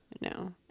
No